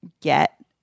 get